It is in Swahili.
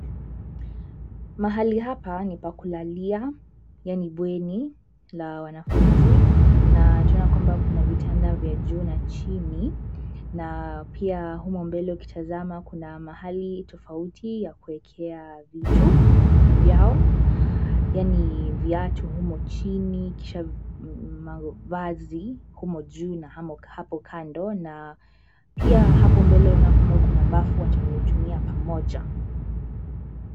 Mahali hapa ni pa kulalia yaani bweni la wanafunzi na tunaona kwamba kuna vitanda vya juu na chini na pia humo mbele ukitazama kuna mahali tofauti ya kuwekea vitu vyao yaani viatu humo chini, mavazi humo juu na humo kando na pia hapo mbele kuna bafu watayotumia pamoja.